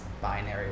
binary